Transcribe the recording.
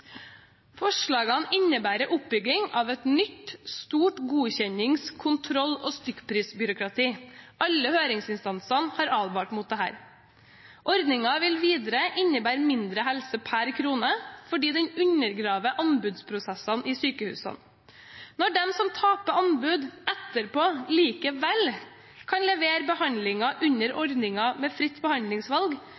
Forslagene innebærer oppbygging av et nytt stort godkjennings-, kontroll- og stykkprisbyråkrati. Alle høringsinstansene har advart mot dette. Ordningen vil videre innebære mindre helse per krone, fordi den undergraver anbudsprosessene i sykehusene. Når de som taper anbud, etterpå likevel kan levere behandlinger under ordningen med fritt behandlingsvalg,